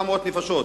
700 נפשות,